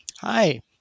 Hi